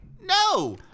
No